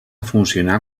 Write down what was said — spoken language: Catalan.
funcionà